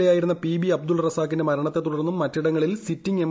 A ആയിരുന്ന P B Abdul റസാക്കിന്റെ മരണത്തെ തുട്ടർന്നും മറ്റിടങ്ങളിൽ സിറ്റിങ് എം